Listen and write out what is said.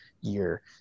year